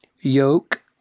yoke